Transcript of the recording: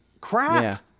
crap